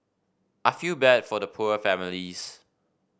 I feel bad for the poor families